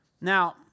Now